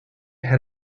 had